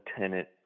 lieutenant